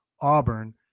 Auburn